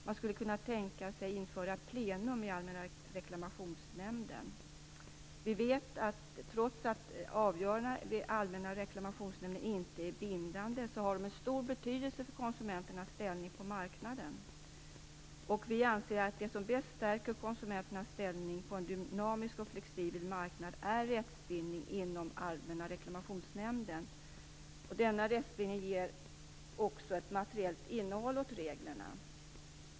Man skulle kunna tänka sig att införa plenum i Allmänna reklamationsnämnden. Trots att avgörandena i Allmänna reklamationsnämnden inte är bindande vet vi att de har stor betydelse för konsumenternas ställning på marknaden. Vi anser att det som bäst stärker konsumenternas ställning på en dynamisk och flexibel marknad är rättsbildning inom Allmänna reklamationsnämnden. Denna rättsbildning ger också ett materiellt innehåll åt reglerna.